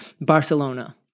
Barcelona